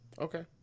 Okay